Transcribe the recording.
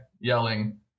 Yelling